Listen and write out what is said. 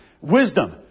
Wisdom